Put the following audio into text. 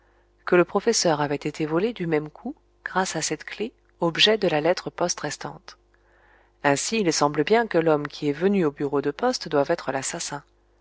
que le professeur avait été volé du même coup grâce à cette clef objet de la lettre poste restante ainsi il semble bien que l'homme qui est venu au bureau de poste doive être l'assassin